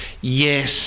Yes